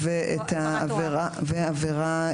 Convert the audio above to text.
ועבירה